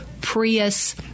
Prius